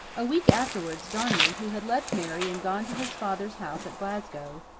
a week afterwards, darnley, who had left mary and gone to his father's house at glasgow,